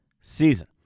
season